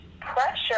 pressure